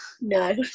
No